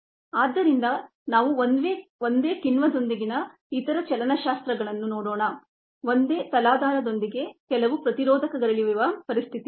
ಆದ್ದರಿಂದ ನಾವು ಒಂದೇ ಕಿಣ್ವದೊಂದಿಗಿನ ಇತರ ಚಲನಶಾಸ್ತ್ರ ಕೈನೆಟಿಕ್ಸ್ಗಳನ್ನು ನೋಡೋಣ ಒಂದೇ ತಲಾಧಾರದೊಂದಿಗೆ ಕೆಲವು ಪ್ರತಿರೋಧಕಗಳಿರುವ ಪರಿಸ್ಥಿತಿ